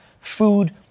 food